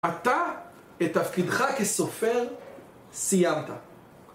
אתה את תפקידך כסופר סיימת.